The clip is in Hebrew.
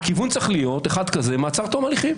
שלא הכול מרושת ולא המצלמות,